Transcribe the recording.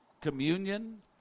communion